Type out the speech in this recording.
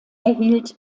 erhielt